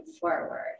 forward